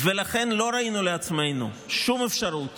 לכן לא ראינו לעצמנו שום אפשרות